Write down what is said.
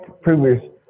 previous